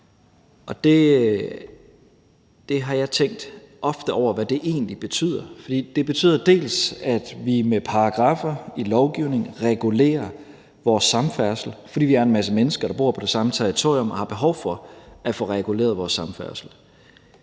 Jeg har ofte tænkt over, hvad det egentlig betyder; for det betyder dels, at vi med paragraffer i lovgivningen regulerer vores samfærdsel, fordi vi er en masse mennesker, der bor på det samme territorium og har behov for at få reguleret vores samfærdsel.